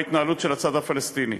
לנוכח ההתנהלות של הצד הפלסטיני.